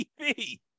TV